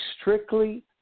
strictly